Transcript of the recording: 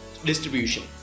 Distribution